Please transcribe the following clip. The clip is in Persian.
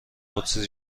قدسی